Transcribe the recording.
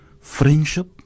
friendship